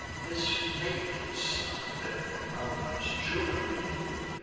this fated sign their foundress juno gave,